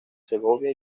segovia